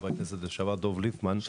חבר הכנסת לשעבר דב ליפמן,